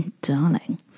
Darling